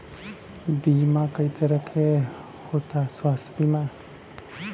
बीमा कई तरह के होता स्वास्थ्य बीमा?